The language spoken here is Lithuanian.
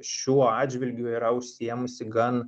šiuo atžvilgiu yra užsiėmusi gan